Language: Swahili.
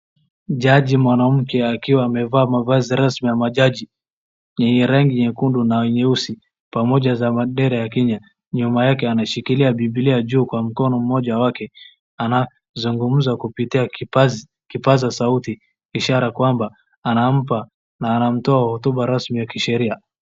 Jaji mwanamke akiwa amevaa mavazi rasmi ya majaji, ni rangi nyekundu na nyeusi pamoja za bendera ya Kenya nyuma yake ameshikilia bibilia juu kwa mkono mmoja wake. Anazugumza kupitia kipasa sauti ishara kwamba anampa na anamtoa hotuba rasmi ya kisheria.